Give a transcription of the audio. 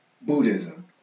Buddhism